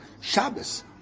Shabbos